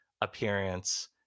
appearance